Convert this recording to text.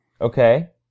Okay